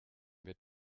wird